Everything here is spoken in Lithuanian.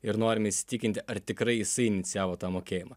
ir norime įsitikinti ar tikrai jisai inicijavo tą mokėjimą